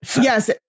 Yes